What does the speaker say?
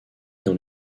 dans